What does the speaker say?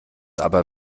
aber